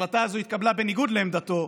שההחלטה הזאת התקבלה בניגוד לעמדתו,